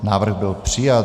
Návrh byl přijat.